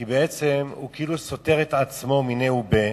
כי בעצם הוא כאילו סותר את עצמו מיניה וביה.